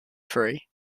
free